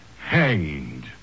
hanged